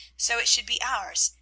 so it should be ours,